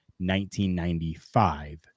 1995